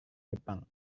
jepang